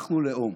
אנחנו לאום.